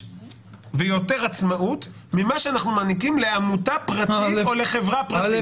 ויותר עצמאות ממה שאנחנו מעניקים לעמותה פרטית או לחברה פרטית.